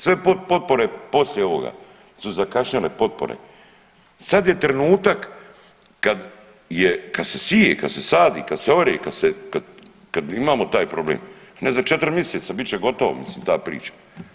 Sve potpore poslije ovoga su zakašnjele potpore, sad je trenutak kad je, kad se sije, kad se sadi, kad se ore i kad se, kad imamo taj problem, ne za 4 miseca bit će gotovo mislim ta priča.